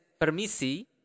Permisi